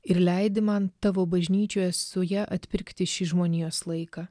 ir leidi man tavo bažnyčioje su ja atpirkti šį žmonijos laiką